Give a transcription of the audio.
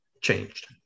changed